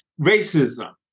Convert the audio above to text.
racism